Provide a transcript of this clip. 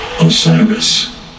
Osiris